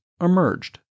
emerged